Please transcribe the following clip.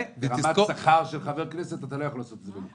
ברמת שכר של חבר כנסת אתה לא יכול לעשות את זה ממוכן.